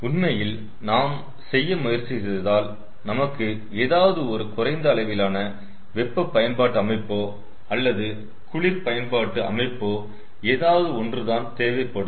உண்மையில் நாம் செய்ய முயற்சி செய்தால் நமக்கு ஏதாவது ஒரு குறைந்த அளவிலான வெப்ப பயன்பாட்டு அமைப்போ அல்லது குளிர் பயன்பாடு அமைப்போ ஏதாவது ஒன்றுதான் தேவைப்படும்